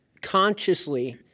consciously